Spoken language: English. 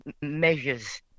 measures